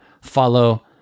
follow